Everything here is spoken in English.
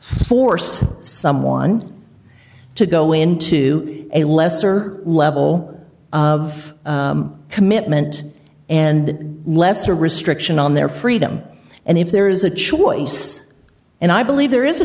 say someone to go into a lesser level of commitment and a lesser restriction on their freedom and if there is a choice and i believe there is a